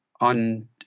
on